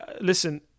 listen